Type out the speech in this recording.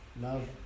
Love